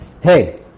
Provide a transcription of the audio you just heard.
Hey